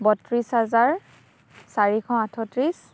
বত্ৰিছ হাজাৰ চাৰিশ আঠত্ৰিছ